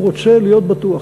הוא רוצה להיות בטוח.